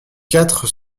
quatre